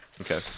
Okay